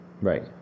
Right